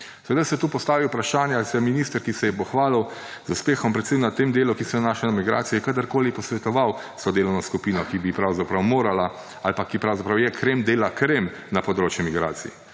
Seveda se tu postavi vprašanje, ali se je minister, ki se je pohvalil z uspehom predvsem na tem delu, ki se nanaša na migracije, kadarkoli posvetoval s to delovno skupino, ki bi pravzaprav morala ali pa ki pravzaprav je crčme de la crčme na področju migracij.